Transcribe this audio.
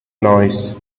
noise